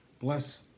bless